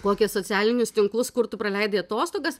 kokie socialinius tinklus kur tu praleidai atostogas